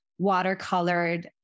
watercolored